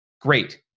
great